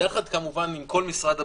יחד כמובן עם משרד הבריאות,